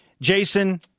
Jason